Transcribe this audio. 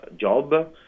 job